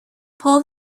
pull